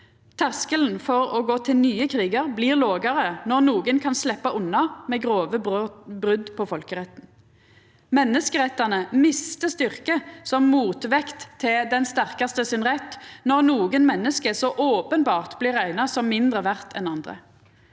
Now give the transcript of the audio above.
Terskelen for å gå til nye krigar blir lågare når nokon kan sleppa unna med grove brot på folkeretten. Menneskerettane mistar styrke som motvekt til retten til den sterkaste når nokre menneske så openbert blir rekna som mindre verdt enn andre.